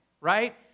right